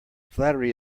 flattery